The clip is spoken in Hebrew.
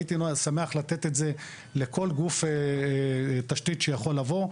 הייתי שמח לתת את זה לכל גוף תשתית שיכול לבוא.